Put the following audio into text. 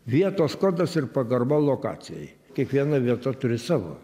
vietos kodas ir pagarba lokacijai kiekviena vieta turi savo